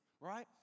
right